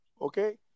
okay